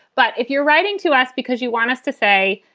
but if you're writing to us because you want us to say,